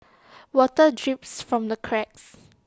water drips from the cracks